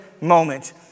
moment